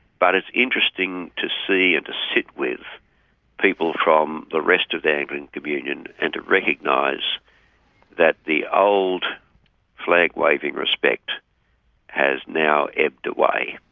but it's interesting to see and to sit with people from the rest of the anglican and communion and to recognise that the old flag-waving respect has now ebbed away.